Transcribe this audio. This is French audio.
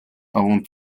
avant